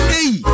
Hey